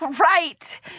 right